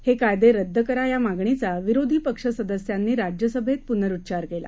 हेकायदेरद्दकरा यामागणीचाविरोधीपक्षसदस्यांनीराज्यसभेतपुनरुच्चारकेला